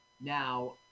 Now